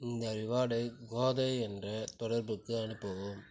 இந்த ரிவார்டை கோதை என்ற தொடர்புக்கு அனுப்பவும்